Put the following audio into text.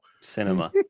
cinema